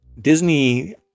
Disney